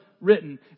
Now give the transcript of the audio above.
written